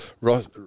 Ross